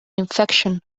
infection